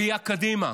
הראייה קדימה.